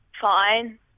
Fine